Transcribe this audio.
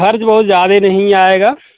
खर्च बहुत ज़्यादा नहीं आएगा